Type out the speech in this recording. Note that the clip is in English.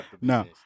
now